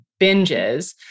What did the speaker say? binges